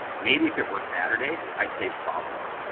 maybe, if it were saturday, i'd say probable.